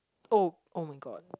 oh [oh]-my-god